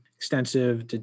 Extensive